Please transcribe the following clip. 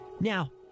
Now